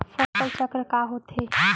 फसल चक्र का होथे?